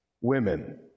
women